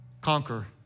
conquer